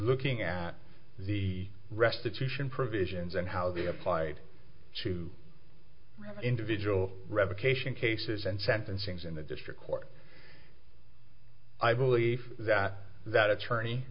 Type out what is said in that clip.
looking at the restitution provisions and how they applied to individual revocation cases and sentencings in the district court i believe that that attorney